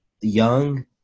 young